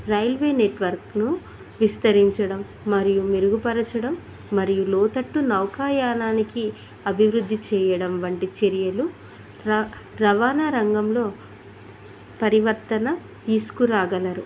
railway network విస్తరించడం మరియు మెరుగుపరచడం మరియు లోతట్టు నౌకాయానానికి అభివృద్ధి చేయడం వంటి చర్యలు రవాణా రంగంలో పరివర్తన తీసుకురాగలరు